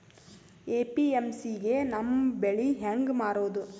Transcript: APMC ಗೆ ನಮ್ಮ ಬೆಳಿ ಹೆಂಗ ಮಾರೊದ?